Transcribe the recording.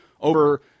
over